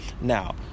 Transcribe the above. now